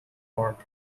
award